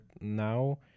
now